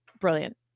brilliant